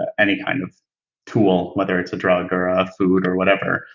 any kind of tool, whether it's a drug or ah a food or whatever,